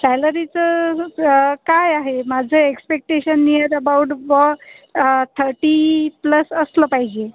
सॅलरीचं अ हं काय आहे माझं एक्सपेक्टेशन नियर अबाऊट बुवा अं थर्टी प्लस असलं पाहिजे